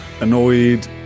annoyed